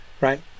right